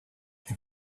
they